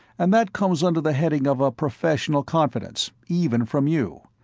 and that comes under the heading of a professional confidence even from you.